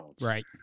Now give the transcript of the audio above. Right